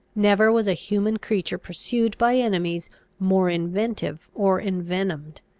never was a human creature pursued by enemies more inventive or envenomed.